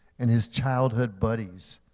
and his childhood buddies,